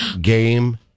Game